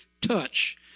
touch